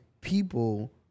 people